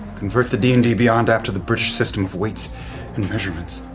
convert the d and d beyond app to the british system of weights and measurements.